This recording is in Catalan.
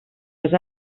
les